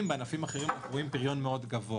ובענפים אחרים אנחנו רואים פריון גבוה מאוד.